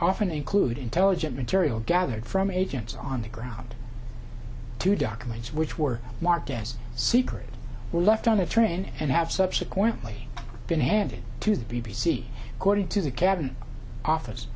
often include intelligent material gathered from agents on the ground two documents which were marked as secret were left on a train and have subsequently been handed to the b b c according to the cabin office